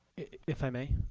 if i may,